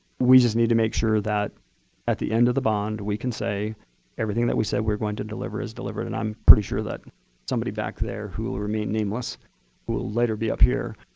we just need to make sure that at the end of the bond, we can say everything that we said we're going to deliver is delivered. and i'm pretty sure that somebody back there who will remain nameless, who will later be up here,